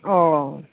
अ